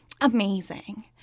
amazing